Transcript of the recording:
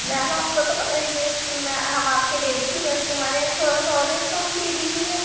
میم آپ کو تو پتا ہی ہے کہ میں ہم آپ کے ڈیلی کے کسٹمر ہیں تھوڑا سا اور ڈسکاؤنٹ دے دیجیے